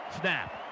Snap